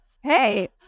hey